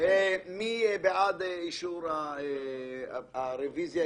מי בעד אישור הרביזיה?